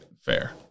Fair